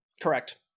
Correct